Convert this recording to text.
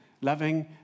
loving